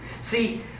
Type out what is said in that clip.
See